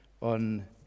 on